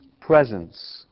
presence